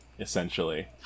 essentially